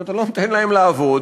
אם אתה לא נותן להם לעבוד,